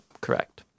correct